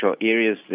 areas